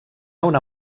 una